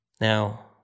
Now